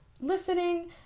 listening